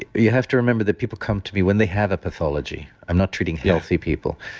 you have to remember that people come to me when they have a pathology. i'm not treating healthy people.